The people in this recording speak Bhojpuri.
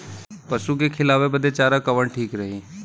पशु के खिलावे बदे चारा कवन ठीक रही?